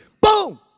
Boom